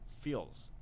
feels